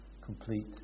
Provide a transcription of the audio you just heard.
complete